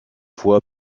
fois